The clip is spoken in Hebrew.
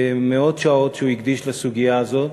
במאות שעות שהוא הקדיש לסוגיה הזאת.